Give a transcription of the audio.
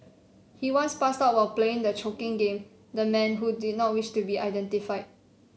he once passed out while playing the choking game the man who did not wish to be identified